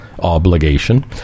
Obligation